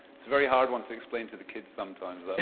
it's a very hard one to explain to the kids sometimes,